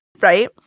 right